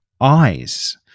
eyes